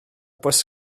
bws